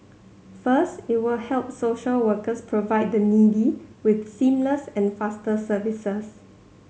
first it will help social workers provide the needy with seamless and faster services